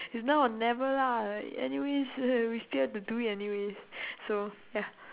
it's now or never lah right anyways we still have to do it anyway so ya